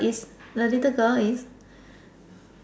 is the little girl is